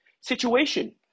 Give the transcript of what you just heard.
situation